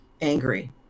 angry